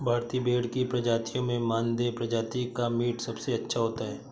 भारतीय भेड़ की प्रजातियों में मानदेय प्रजाति का मीट सबसे अच्छा होता है